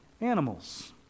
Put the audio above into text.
animals